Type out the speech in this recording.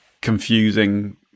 confusing